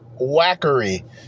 wackery